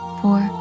four